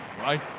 Right